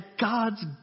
God's